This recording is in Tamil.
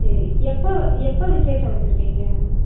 சரி எப்போ எப்போ விசேஷம் வெச்சுருக்கீங்க